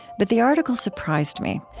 but the article surprised me.